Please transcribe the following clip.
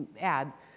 ads